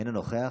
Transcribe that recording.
אינו נוכח.